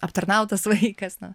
aptarnautas vaikas nu